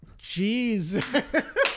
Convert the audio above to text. Jeez